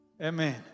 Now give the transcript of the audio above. Amen